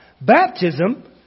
Baptism